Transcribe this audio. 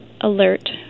alert